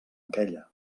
aquella